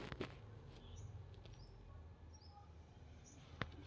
ಶೇಂಗಾ ಯಾವ ಮಣ್ಣಿನ್ಯಾಗ ಜಾಸ್ತಿ ಫಸಲು ಬರತೈತ್ರಿ?